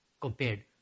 compared